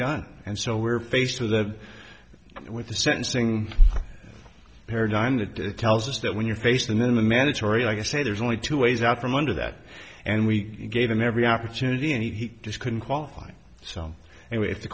done and so we're faced with that with the sentencing paradigm that tells us that when you're faced and then the mandatory i say there's only two ways out from under that and we gave him every opportunity and he just couldn't qualify it so and if the